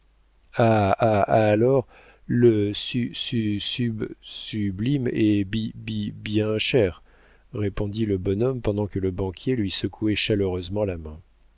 su sub sublime est bi bi bien cher répondit le bonhomme pendant que le banquier lui secouait chaleureusement la main